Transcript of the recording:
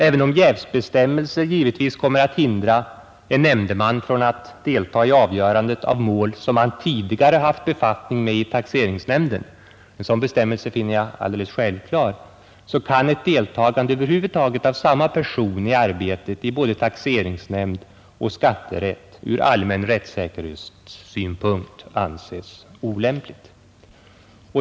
Även om jävsbestämmelser givetvis kommer att hindra en nämndeman från att delta i avgörandet av mål som han tidigare haft befattning med i taxeringsnämnden — en sådan bestämmelse finner jag alldeles självklar — kan ett deltagande över huvud taget av samma person i arbetet i både taxeringsnämnd och skatterätt ur allmän rättssäkerhetssynpunkt anses olämpligt.